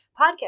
podcast